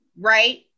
right